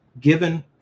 given